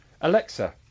Alexa